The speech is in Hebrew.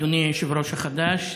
אדוני היושב-ראש החדש,